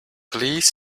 please